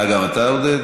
אה, גם אתה, עודד?